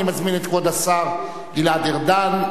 אני מזמין את כבוד השר גלעד ארדן,